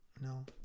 No